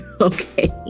Okay